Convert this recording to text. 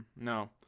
No